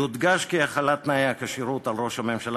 יודגש כי החלת תנאי הכשירות על ראש הממשלה